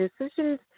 decisions